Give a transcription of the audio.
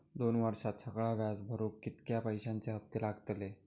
दोन वर्षात सगळा व्याज भरुक कितक्या पैश्यांचे हप्ते लागतले?